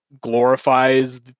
glorifies